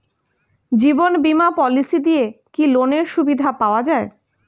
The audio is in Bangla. জীবন বীমা পলিসি দিয়ে কি লোনের সুবিধা পাওয়া যায়?